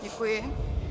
Děkuji.